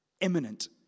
Imminent